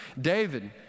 David